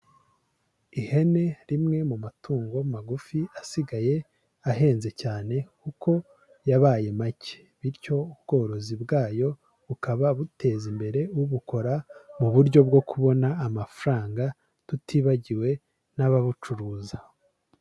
Ihene rimwe mu matungo magufi asigaye ahenze cyane kuko yabaye make, bityo ubworozi bwayo bukaba buteza imbere ubukora mu buryo bwo kubona amafaranga, tutibagiwe n'ababucuruza.